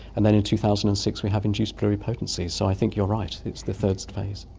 and then in two thousand and six we have induced pluripotency, so i think you're right, it's the third phase.